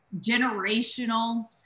generational